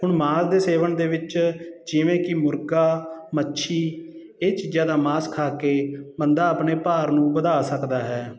ਹੁਣ ਮਾਸ ਦੇ ਸੇਵਨ ਦੇ ਵਿੱਚ ਜਿਵੇਂ ਕਿ ਮੁਰਗਾ ਮੱਛੀ ਇਹ ਚੀਜ਼ਾਂ ਦਾ ਮਾਸ ਖਾ ਕੇ ਬੰਦਾ ਆਪਣੇ ਭਾਰ ਨੂੰ ਵਧਾ ਸਕਦਾ ਹੈ